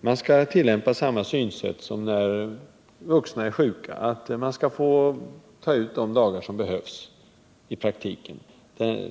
man skall tillämpa samma synsätt som när vuxna är sjuka. Man skall alltså få ta ut de dagar som i praktiken behövs.